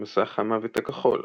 מסך המוות הכחול